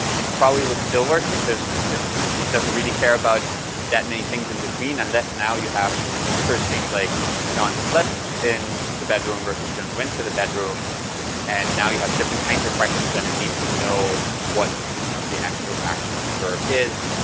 it probably would still work because it doesn't really care about that many things in between, unless now you have certain things like john slept in the bedroom versus john went to the bedroom and now you have different kinds of questions and it needs to know what you know the actual action and verb is.